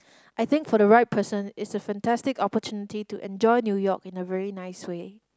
I think for the right person it's a fantastic opportunity to enjoy New York in a really nice way